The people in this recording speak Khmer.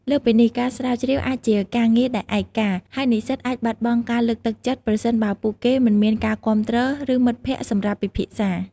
លើសពីនេះ ការស្រាវជ្រាវអាចជាការងារដែលឯកា ហើយនិស្សិតអាចបាត់បង់ការលើកទឹកចិត្ត ប្រសិនបើពួកគេមិនមានការគាំទ្រ ឬមិត្តភក្តិសម្រាប់ពិភាក្សា។